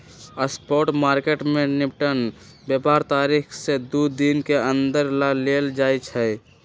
spot market में निपटान व्यापार तारीख से दू दिन के अंदर कऽ लेल जाइ छइ